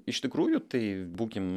iš tikrųjų tai būkim